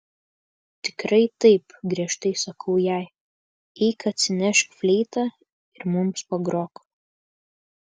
tikrai taip griežtai sakau jai eik atsinešk fleitą ir mums pagrok